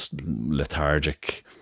lethargic